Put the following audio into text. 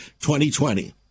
2020